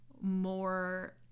more